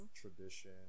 Tradition